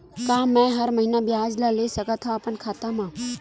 का मैं हर महीना ब्याज ला ले सकथव अपन खाता मा?